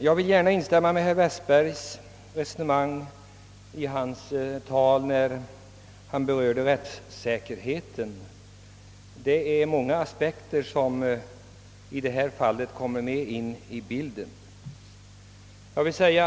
Jag vill gärna instämma i herr Westbergs tal om rättssäkerheten. Det är många aspekter som kommer in i bilden där.